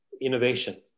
innovation